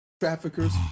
traffickers